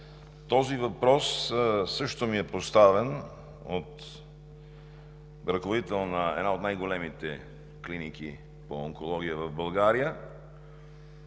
Този въпрос също ми е поставен от ръководител на една от най-големите клиники по онкология в България